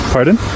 Pardon